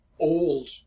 old